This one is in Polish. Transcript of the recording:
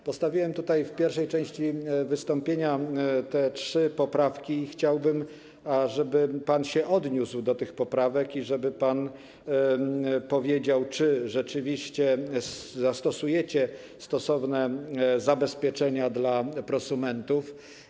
Zgłosiłem w pierwszej części wystąpienia trzy poprawki i chciałbym, żeby pan się odniósł do tych poprawek i powiedział, czy rzeczywiście zastosujecie stosowne zabezpieczenia dla prosumentów.